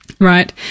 right